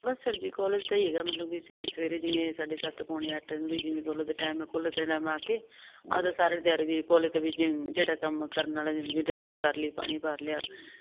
ਬਸ sir ਜੀ college ਤਾਂ ਹੀਗਾ ਮੈਨੂੰ ਵੀ ਸਵੇਰੇ ਜਿਵੇਂ ਸਾਢੇ ਮਾ ਕੇ ਆਦਾ ਸਾਰੇ ਤਿਆਰੀ ਵੀਰ ਕੋਲੇ ਤੇ ਵੀ ਜਿਹੜਾ ਕੰਮ ਕਰਨ ਵਾਲਾ ਡਸਟਿੰਗ ਕਰ ਲਈ ਪਾਣੀ ਭਰ ਲਿਆ ਸਟਾਫ